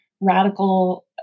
radical